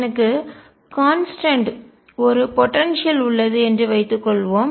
எனக்கு கான்ஸ்டன்ட் நிலையான ஒரு போடன்சியல் ஆற்றல் உள்ளது என்று வைத்துக்கொள்வோம்